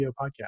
Podcast